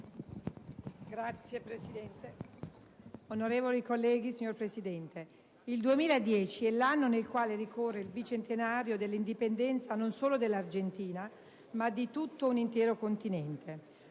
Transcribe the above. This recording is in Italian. CARLINO *(IdV)*. Onorevoli colleghi, signor Presidente, il 2010 è l'anno nel quale ricorre il bicentenario dell'indipendenza non solo dell'Argentina, ma di tutto un intero continente: